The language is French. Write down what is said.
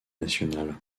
national